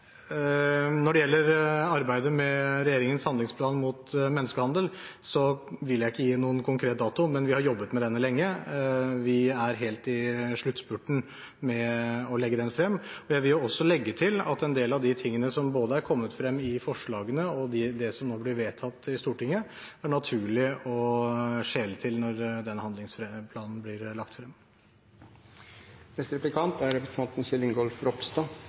Når det gjelder arbeidet med regjeringens handlingsplan mot menneskehandel, vil jeg ikke gi noen konkret dato, men vi har jobbet med denne lenge. Vi er helt i sluttspurten med å legge den frem. Jeg vil også legge til at en del av de tingene som er kommet frem i forslagene, og det som nå blir vedtatt i Stortinget, er naturlig å skjele til når den handlingsplanen blir lagt frem. Jeg får starte med å takke for et godt innlegg, og jeg er